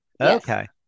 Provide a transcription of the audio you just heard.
Okay